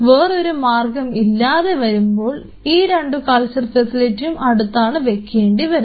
വേറൊരു മാർഗമില്ലാതെ വരുമ്പോൾ ഈ രണ്ടു കൾച്ചർ ഫെസിലിറ്റിയും അടുത്താണ് വെക്കേണ്ടിവരുന്നത്